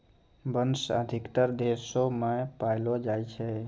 बांस अधिकतर देशो म पयलो जाय छै